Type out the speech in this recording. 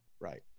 Right